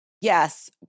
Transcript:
Yes